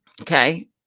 okay